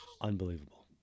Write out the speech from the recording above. unbelievable